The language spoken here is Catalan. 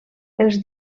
els